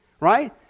right